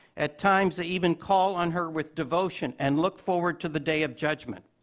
at times, they even call on her with devotion and look forward to the day of judgment.